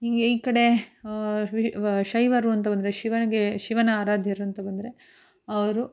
ಹೀಗೆ ಈ ಕಡೆ ವಿ ವ ಶೈವರು ಅಂತ ಬಂದರೆ ಶಿವನಿಗೆ ಶಿವನ ಆರಾಧ್ಯರಂತ ಬಂದರೆ ಅವರು